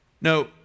No